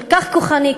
כל כך כוחני,